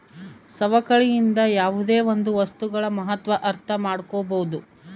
ಸವಕಳಿಯಿಂದ ಯಾವುದೇ ಒಂದು ವಸ್ತುಗಳ ಮಹತ್ವ ಅರ್ಥ ಮಾಡ್ಕೋಬೋದು